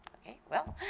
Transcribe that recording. okay, well